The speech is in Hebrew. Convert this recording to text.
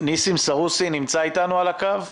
ניסים סרוסי נמצא איתנו על הקו?